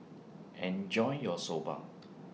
Enjoy your Soba